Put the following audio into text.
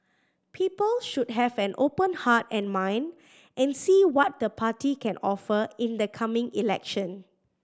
people should have an open heart and mind and see what the party can offer in the coming election